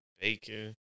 bacon